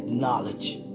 knowledge